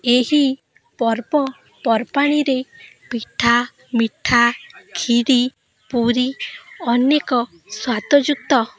ଏହି ପର୍ବପର୍ବାଣିରେ ପିଠା ମିଠା ଖିରି ପୁରୀ ଅନେକ ସ୍ୱାଦ ଯୁକ୍ତ